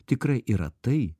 tikrai yra tai